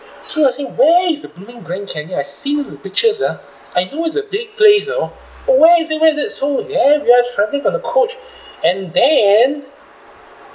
so I say where is the blooming grand canyon I've seen them in the pictures uh I know it's a big place you know where is it where is it so there we are travelling on the coach and then